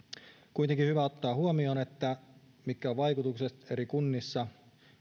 kuitenkin on hyvä ottaa huomioon mitkä ovat vaikutukset eri kunnissa